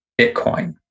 Bitcoin